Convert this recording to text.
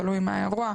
תלוי מה האירוע,